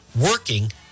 working